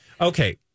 okay